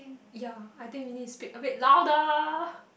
ya I think we need speak a bit louder